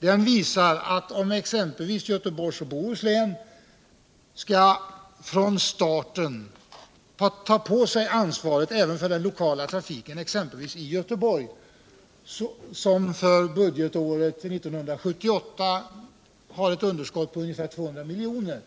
Det visar sig att om exempelvis Göteborgs och Bohus län från starten tar på sig ansvaret även för den lokala trafiken i Göteborg, blir det för budgetåret ett underskott på ungefär 200 milj.kr.